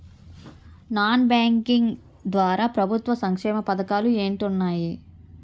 Non banking ద్వారా ప్రభుత్వ సంక్షేమ పథకాలు ఏంటి ఉన్నాయి?